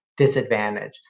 disadvantage